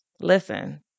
Listen